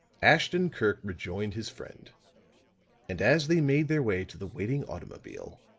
ashton-kirk rejoined his friend and as they made their way to the waiting automobile,